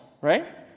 right